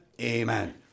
Amen